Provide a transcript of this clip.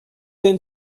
been